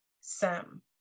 Sam